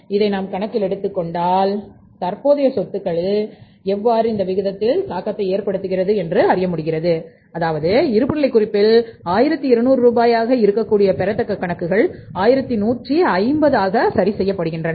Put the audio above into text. இதை நாம் கணக்கில் எடுத்துக் கொண்டேன் ஆனால் தற்போதைய சொத்துக்களில் எவ்வாறு இந்த விகிதம் தாக்கத்தை ஏற்படுத்துகிறது என்று அறியமுடிகிறது அதாவது இருப்புநிலை குறிப்பில் 1200 ரூபாயாக இருக்கக்கூடிய பெறத்தக்க கணக்குகள் 1150 ஆக சரி செய்யப்படுகின்றன